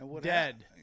Dead